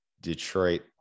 Detroit